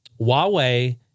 Huawei